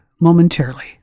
momentarily